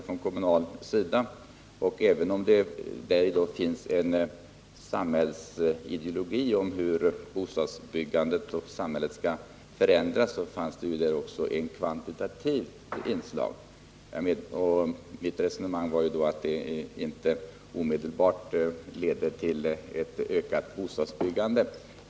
Även om motionen ger uttryck för en sammhällsideologi av hur bostadsbyggandet och samhället skall förändras finns där också ett kvantitativt inslag. Mitt resonemang var då att det inte omedelbart leder till ett ökat bostadsbyggande.